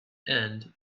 and